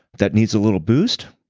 that needs a little boost,